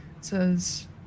says